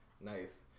Nice